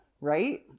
Right